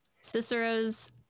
Cicero's